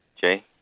Jay